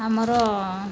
ଆମର